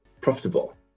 profitable